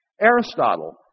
Aristotle